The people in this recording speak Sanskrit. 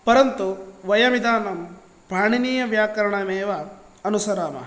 परन्तु वयमिदानीं पणिनीयव्याकरणमेव अनुसरामः